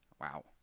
Wow